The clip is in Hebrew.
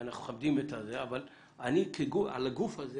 שאנחנו מכבדים, אבל על הגוף הזה